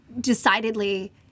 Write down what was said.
decidedly